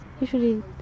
usually